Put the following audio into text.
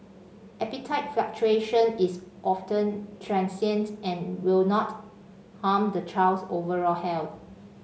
appetite fluctuation is often transient and will not harm the child's overall health